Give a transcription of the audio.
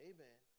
Amen